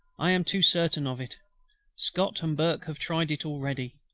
i am too certain of it scott and burke have tried it already.